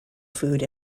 food